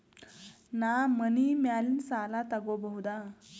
ನಾ ಮನಿ ಮ್ಯಾಲಿನ ಸಾಲ ತಗೋಬಹುದಾ?